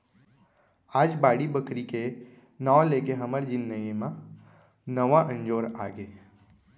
आज बाड़ी बखरी के नांव लेके हमर जिनगी म नवा अंजोर आगे